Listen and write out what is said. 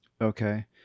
Okay